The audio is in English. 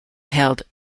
held